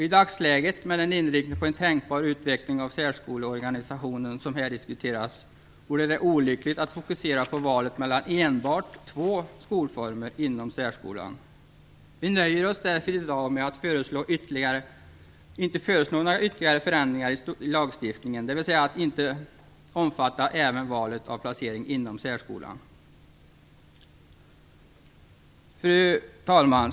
I dagsläget, med den inriktning på en tänkbar utveckling av särskoleorganisationen som här diskuteras, vore det olyckligt att fokusera på valet mellan enbart två skolformer inom särskolan. Vi nöjer oss därför i dag med att inte föreslå några ytterligare förändringar i lagstiftningen, dvs. att inte omfatta även valet av placering inom särskolan. Fru talman!